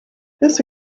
this